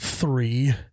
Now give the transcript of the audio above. Three